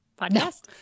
podcast